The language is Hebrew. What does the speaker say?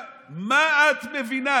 מה את מבינה?